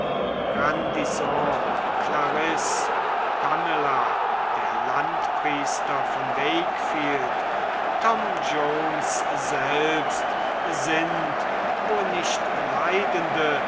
grandison clarisse pamela der landpriester von wakefield tom jones selbst sind wo nicht leidende